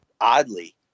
oddly